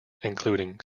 including